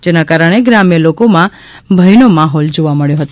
જેના કારણે ગ્રામ્ય લોકોમાં ભયનો માહોલ જોવા મબ્યો હતો